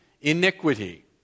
iniquity